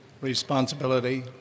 responsibility